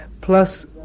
Plus